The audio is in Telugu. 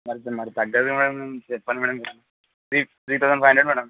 మరి తగ్గదు మేడం చెప్పండి madam three thousand five hundred madam